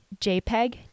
JPEG